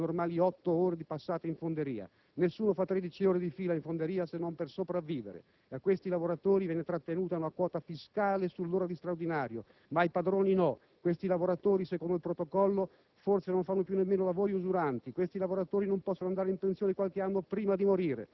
Gli operai ammazzati dal profitto alla ThyssenKrupp erano alla quarta ora di straordinario, oltre le normali otto ore già passate in fonderia. Nessuno fa 13 ore di fila in fonderia se non per sopravvivere! A questi lavoratori viene trattenuta una quota fiscale sull'ora di straordinario, ma ai padroni no! Questi lavoratori, secondo il Protocollo,